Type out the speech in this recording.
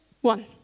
One